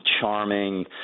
charming